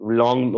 long